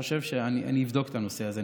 אני חושב שאבדוק את הנושא הזה.